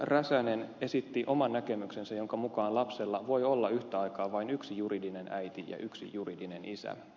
räsänen esitti oman näkemyksensä jonka mukaan lapsella voi olla yhtä aikaa vain yksi juridinen äiti ja yksi juridinen isä